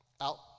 out